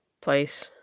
place